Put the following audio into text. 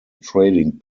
trading